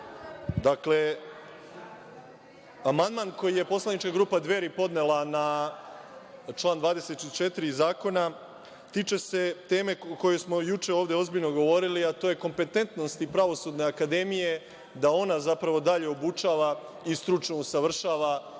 Dakle, amandman koji je poslanička grupa Dveri podnela na član 24. zakona tiče se teme o kojoj smo juče ovde ozbiljno govorili, a to je kompetentnost i Pravosudne akademije da ona zapravo dalje obučava i stručno usavršava